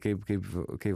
kaip kaip kai